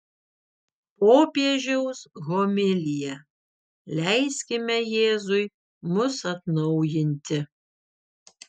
popiežiaus homilija leiskime jėzui mus atnaujinti